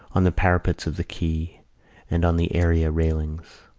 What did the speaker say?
on the parapets of the quay and on the area railings.